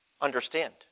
understand